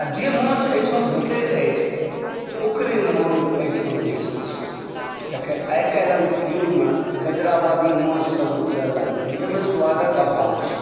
आ जे माछ एहिठाम भेटैत अछि ओकरे माँग एहिठाम बेसी छै कियाकि आइ काल्हिक युगमे हैदराबादी माछसभ उतरय लागलै जाहिमे स्वादक अभाव छै